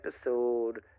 episode